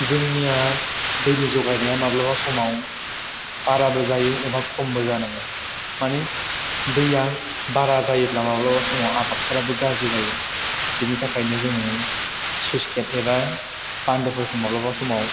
जोंनिया दैनि जगायनाया माब्लाबा समाव बाराबो जायो एबा खमबो जानाङो माने दैया बारा जायोब्ला माब्लाबा समाव आबादफोराबो गाज्रि जायो बिनि थाखायनो जों स्लुइस गेट एबा बान्दोफोरखौ माब्लाबा समाव